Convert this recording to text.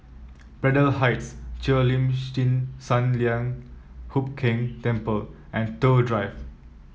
Braddell Heights Cheo Lim Chin Sun Lian Hup Keng Temple and Toh Drive